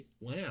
Wow